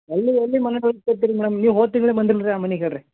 ಎಲ್ಲಿ ಎಲ್ಲಿ ಮೇಡಮ್ ನೀವು ಹೋದ ತಿಂಗಳೇ ಬಂದಿಲ್ಲ ರೀ ಆ ಮನಿಗೆ ಹೇಳಿರಿ